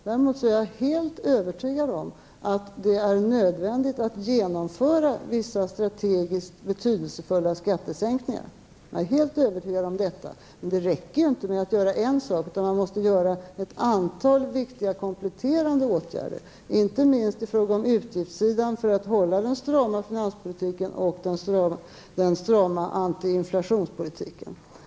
Jag är däremot övertygad om att det är nödvändigt att genomföra vissa strategiskt betydelsefulla skattesänkningar. Men det räcker ju inte med att göra en sak, utan man måste göra ett antal viktiga kompletterande åtgärder, inte minst på utgiftssidan, för att hålla den strama finanspolitiken och den strama antiinflationspolitiken.